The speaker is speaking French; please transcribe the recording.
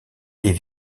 est